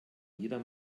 jeder